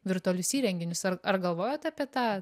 virtualius įrenginius ar ar galvojot apie tą